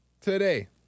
today